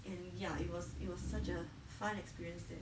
and ya it was it was such a fun experience there